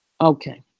Okay